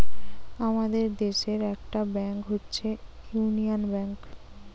আমাদের দেশের একটা ব্যাংক হচ্ছে ইউনিয়ান ব্যাঙ্ক